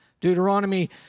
Deuteronomy